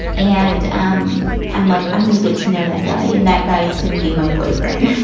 and um i'm like, i'm gonna get to know that guy and that guy is going to be my boyfriend.